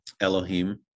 Elohim